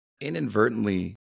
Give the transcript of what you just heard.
inadvertently